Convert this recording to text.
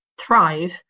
thrive